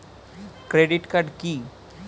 Credit card কি?